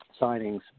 signings